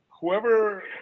whoever